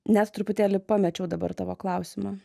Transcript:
net truputėlį pamečiau dabar tavo klausimą